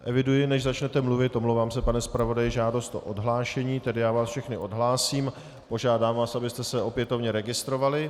Eviduji, než začnete mluvit, omlouvám se, pane zpravodaji, žádost o odhlášení, tedy vás všechny odhlásím, požádám vás, abyste se opětovně registrovali.